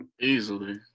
Easily